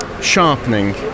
Sharpening